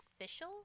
official